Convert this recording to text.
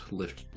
lift